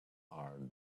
are